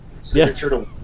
Signature